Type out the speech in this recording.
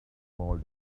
small